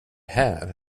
här